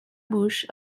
bouche